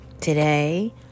today